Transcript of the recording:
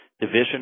Division